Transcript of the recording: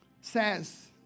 says